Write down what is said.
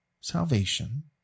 salvation